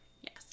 Yes